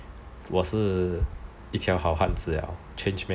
我是一条好汉子 liao changed man